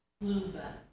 Luba